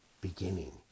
beginning